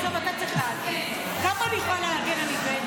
עכשיו אתה צריך --- כמה אני יכולה --- על איווט.